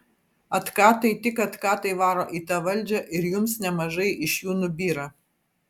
atkatai tik atkatai varo į tą valdžią ir jums nemažai iš jų nubyra